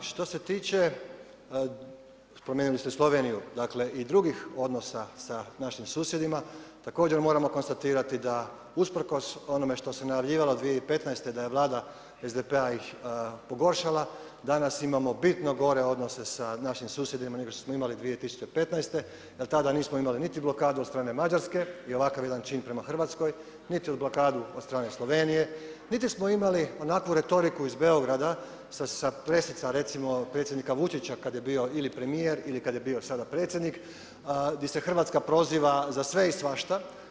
Što se tiče, spomenuli ste Sloveniju, dakle i drugih odnosa sa našim susjedima također moramo konstatirati da usprkos onome što se najavljivalo 2015. da je Vlada SDP-a ih pogoršala danas imamo bitno gore odnose sa našim susjedima nego što smo imali 2015. jer tada nismo imali blokadu niti od strane Mađarske i ovakav jedan čin prema Hrvatskoj, niti blokadu od strane Slovenije, niti smo imali onakvu retoriku iz Beograda sa pressica recimo predsjednika Vučića kad je bio ili premijer ili kad je bio sada predsjednik di se Hrvatska proziva za sve i svašta.